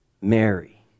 Mary